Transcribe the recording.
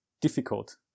difficult